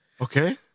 Okay